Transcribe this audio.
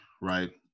right